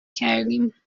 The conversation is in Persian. کردیم